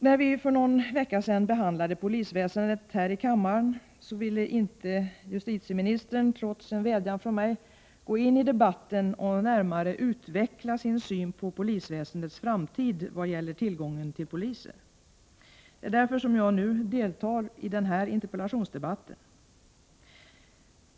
När vi för någon vecka sedan här i kammaren behandlade polisväsendet ville inte justitieministern, trots en vädjan från mig, gå in i debatten och närmare utveckla sin syn på polisväsendets framtid vad gäller tillgången till poliser. Det är därför jag nu deltar i denna interpellationsdebatt.